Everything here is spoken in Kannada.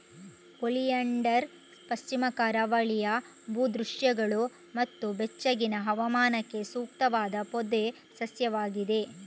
ಒಲಿಯಾಂಡರ್ ಪಶ್ಚಿಮ ಕರಾವಳಿಯ ಭೂ ದೃಶ್ಯಗಳು ಮತ್ತು ಬೆಚ್ಚಗಿನ ಹವಾಮಾನಕ್ಕೆ ಸೂಕ್ತವಾದ ಪೊದೆ ಸಸ್ಯವಾಗಿದೆ